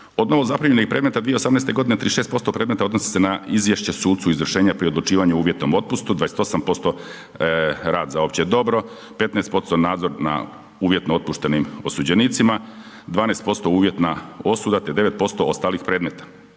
Od novozaprimljenih predmeta 2018. g. 36% predmeta odnosi se na izvješće sucu o izvršenju pri odlučivanju o uvjetnom otpustu, 28% rad za opće dobro, 15% nadzor nad uvjetnom otpuštenim osuđenicima, 12% uvjetna osuda te 9% ostalih predmeta.